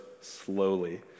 slowly